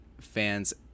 fans